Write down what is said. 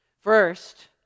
First